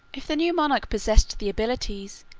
if the new monarch possessed the abilities,